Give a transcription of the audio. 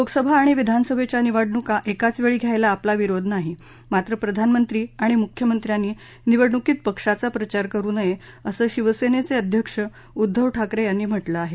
लोकसभा आणि विधानसभेच्या निवडणुका एकाच वेळी घ्यायला आपला विरोध नाही मात्र प्रधानमंत्री आणि मुख्यमंत्र्यांनी निवडणुकीत पक्षाचा प्रचार करू नये असं शिवसेनेचे अध्यक्ष उद्घव ठाकरे यांनी म्हटलं आहे